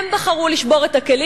הם בחרו לשבור את הכלים.